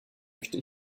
möchte